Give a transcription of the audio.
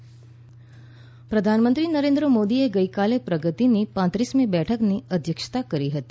PM Pragati પ્રધાનમંત્રી નરેન્દ્ર મોદીએ ગઈકાલે પ્રગતિની પાંત્રીસમી બેઠકની અધ્યક્ષતા કરી હતી